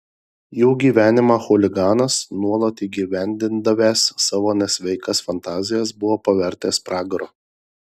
jų gyvenimą chuliganas nuolat įgyvendindavęs savo nesveikas fantazijas buvo pavertęs pragaru